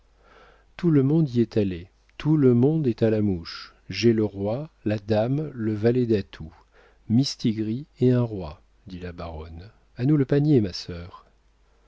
tout le monde y est allé tout le monde est à la mouche j'ai le roi la dame le valet d'atout mistigris et un roi dit la baronne a nous le panier ma sœur